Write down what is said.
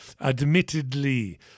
admittedly